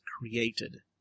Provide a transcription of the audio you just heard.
created